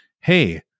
Hey